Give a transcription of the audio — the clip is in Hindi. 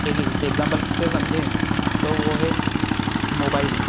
एक एक्ज एग्जांपल से समझें तो वह है मोबाइल